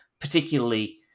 particularly